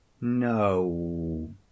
No